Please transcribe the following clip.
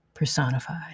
personified